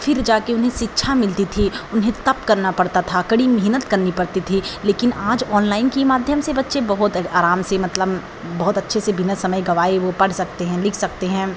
फिर जाकर उन्हें शिक्षा मिलती थी उन्हें तप करना पड़ता था कड़ी मेहनत करनी पड़ती थी लेकिन आज ऑनलाइन के माध्यम से बच्चे बहुत आराम से मतलब बहुत अच्छे से बिना समय गवाए वे पढ़ सकते हैं लिख सकते हैं